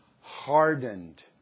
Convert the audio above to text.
hardened